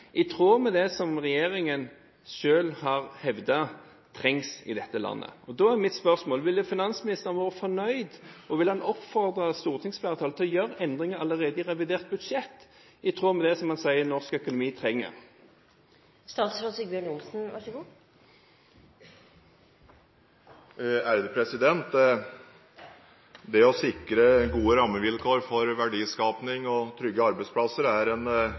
i tråd med det som regjeringen selv har hevdet trengs i dette landet. Da er mitt spørsmål: Ville finansministeren vært fornøyd, og ville han oppfordret stortingsflertallet til å gjøre endringer allerede i revidert budsjett – i tråd med det han sier norsk økonomi trenger? Det å sikre gode rammevilkår for verdiskaping og trygge arbeidsplasser er en